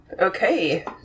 Okay